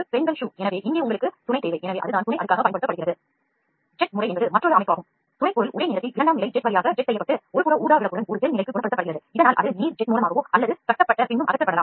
ஜெட்முறை துணைப்பொருள் ஒரே நேரத்தில் இரண்டாம் நிலை ஜெட் வழியாக ஜெட் செய்யப்பட்டு புறஊதா விளக்குடன் ஒரு ஜெல்நிலைக்கு குணப்படுத்தப்படுகிறது இதனால் அது நீர் ஜெட் மூலமாக கட்டப்பட்ட பின்னரும் அகற்றப்படலாம்